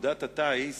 פקודת הטיס